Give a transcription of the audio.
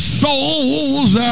souls